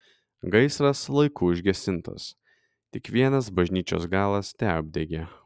gaisras laiku užgesintas tik vienas bažnyčios galas teapdegė